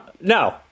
no